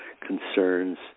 concerns